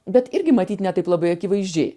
bet irgi matyt ne taip labai akivaizdžiai